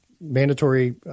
mandatory